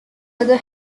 other